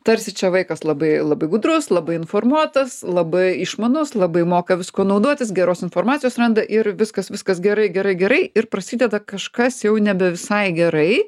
tarsi čia vaikas labai labai gudrus labai informuotas labai išmanus labai moka viskuo naudotis geros informacijos randa ir viskas viskas gerai gerai gerai ir prasideda kažkas jau nebe visai gerai